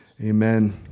Amen